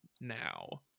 now